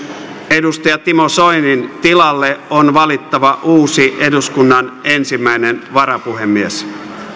edustaja timo soinin tilalle on valittava uusi eduskunnan ensimmäinen varapuhemies